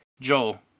Joel